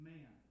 Man